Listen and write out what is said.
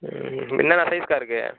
என்னென்ன சைஸ் அக்கா இருக்கு